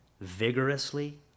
vigorously